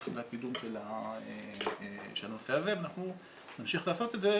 והקידום של הנושא הזה ואנחנו נמשיך לעשות את זה.